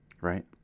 right